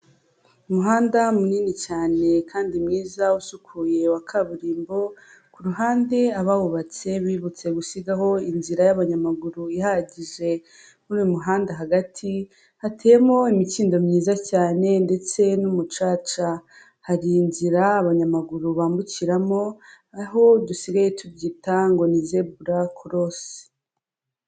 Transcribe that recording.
Umuhanda munini cyane kandi mwiza usukuye wa kaburimbo, ku ruhande abawubatse bibutse gusigaho inzira y'abanyamaguru ihagije. Muri uyu muhanda hagati hateyemo imikindo myiza cyane ndetse n'umucaca. Hari inzira abanyamaguru bambukiramo aho dusigaye tubyita ngo ni zebra cross.